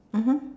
mmhmm